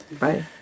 Right